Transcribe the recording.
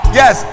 yes